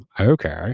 okay